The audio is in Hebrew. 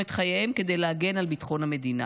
את חייהם כדי להגן על ביטחון המדינה.